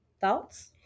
thoughts